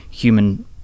human